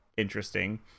interesting